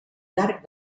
llarg